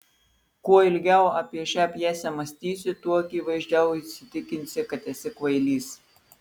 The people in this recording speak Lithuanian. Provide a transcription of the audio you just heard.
kuo ilgiau apie šią pjesę mąstysi tuo akivaizdžiau įsitikinsi kad esi kvailys